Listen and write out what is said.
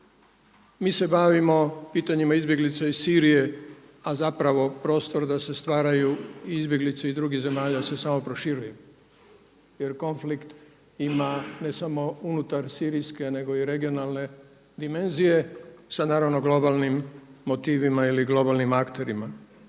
mi se bavimo pitanjima izbjeglice iz Sirije, a zapravo prostor da se stvaraju izbjeglice iz drugih zemalja se samo proširuje jer konflikt ima ne samo unutar sirijske nego i regionalne dimenzije sa globalnim motivima ili globalnim akterima.